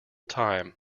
time